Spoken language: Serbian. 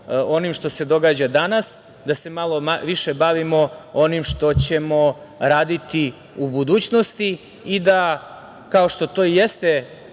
onim što se događa danas, da se malo više bavimo onim što ćemo raditi u budućnosti i da, kao što to i jeste